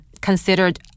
considered